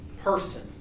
person